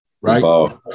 right